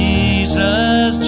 Jesus